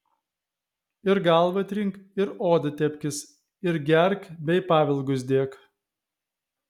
ir galvą trink ir odą tepkis ir gerk bei pavilgus dėk